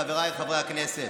חבריי חברי הכנסת,